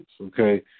Okay